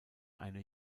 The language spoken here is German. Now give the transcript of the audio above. eine